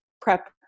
prep